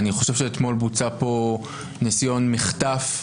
אני חושב שאתמול בוצע פה ניסיון מחטף שלך,